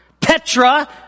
Petra